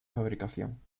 fabricación